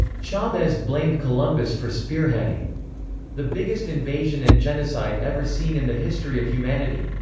chavez blamed columbus for spearheading the biggest invasion and genocide ever seen in the history of humanity.